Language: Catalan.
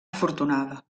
afortunada